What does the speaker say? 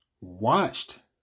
watched